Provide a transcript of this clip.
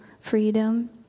freedom